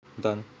done